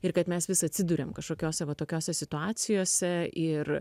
ir kad mes vis atsiduriam kažkokiose va tokiose situacijose ir